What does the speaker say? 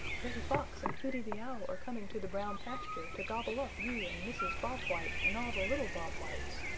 reddy fox and hooty the owl are coming to the brown pasture to gobble up you and mrs. bob white and all the little bob whites.